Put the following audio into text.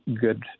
good